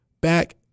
Back